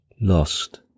Lost